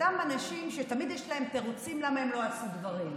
אותם אנשים שתמיד יש להם תירוצים למה הם לא עשו דברים.